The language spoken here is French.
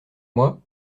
moi